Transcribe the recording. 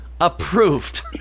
Approved